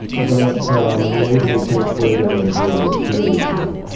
that made me take plato and hegel seriously,